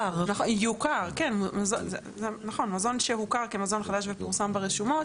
נכון, מזון שמוכר כמזון חדש ופורסם ברשומות